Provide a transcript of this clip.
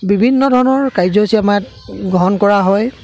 বিভিন্ন ধৰণৰ কাৰ্যসূচী আমাৰ গ্ৰহণ কৰা হয়